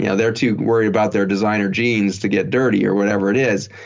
yeah they're too worried about their designer jeans to get dirty or whatever it is.